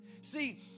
See